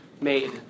made